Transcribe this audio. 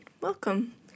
welcome